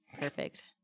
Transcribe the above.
Perfect